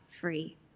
free